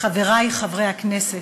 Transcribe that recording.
חברי חברי הכנסת,